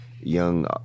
young